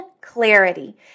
clarity